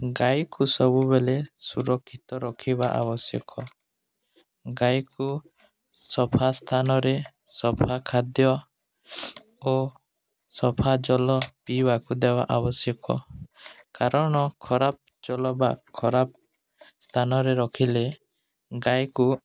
ଗାଈକୁ ସବୁବେଳେ ସୁରକ୍ଷିତ ରଖିବା ଆବଶ୍ୟକ ଗାଈକୁ ସଫା ସ୍ଥାନରେ ସଫା ଖାଦ୍ୟ ଓ ସଫା ଜଳ ପିଇବାକୁ ଦେବା ଆବଶ୍ୟକ କାରଣ ଖରାପ ଜଳ ବା ଖରାପ ସ୍ଥାନରେ ରଖିଲେ ଗାଈକୁ